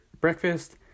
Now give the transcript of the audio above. breakfast